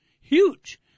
huge